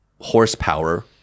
horsepower